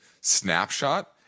snapshot